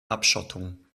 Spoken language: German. abschottung